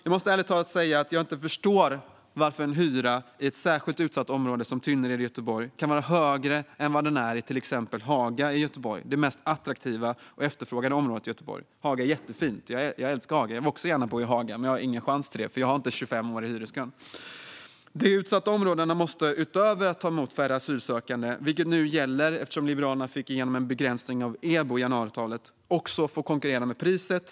Jag måste ärligt säga att jag inte förstår varför en hyra i ett särskilt utsatt område som Tynnered i Göteborg kan vara högre än vad den är i exempelvis Haga, det mest attraktiva och efterfrågade området i Göteborg. Haga är jättefint. Jag älskar Haga och vill också gärna bo i Haga, men jag har ingen chans till det eftersom jag inte har 25 år i hyreskön. De utsatta områdena måste utöver att få ta emot färre asylsökande - vilket nu gäller eftersom Liberalerna fick igenom en begränsning av EBO i januariavtalet - också få konkurrera med priset.